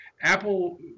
Apple –